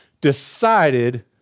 decided